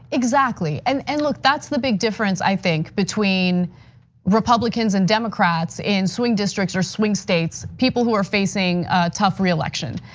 exactly, and and look, that's the big difference, i think, between republicans and democrats in swing districts or swing states, people who are facing tough reelection.